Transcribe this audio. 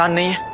um me.